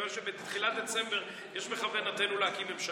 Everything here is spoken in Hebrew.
כיוון שבתחילת דצמבר יש בכוונתנו להקים ממשלה,